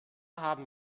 haben